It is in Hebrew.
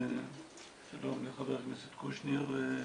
שלום לחבר הכנסת קושניר.